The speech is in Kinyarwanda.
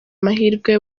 amahirwe